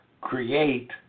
create